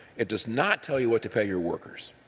it does not tell you what to pay your workers.